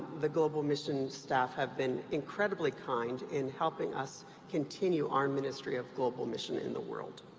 the global mission staff have been incredibly kind in helping us continue our ministry of global mission in the world.